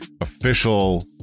official